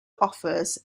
offers